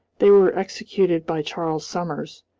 they were executed by charles summers,